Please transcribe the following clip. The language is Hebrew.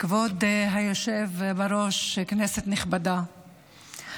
כבוד היושב-ראש, כנסת נכבדה,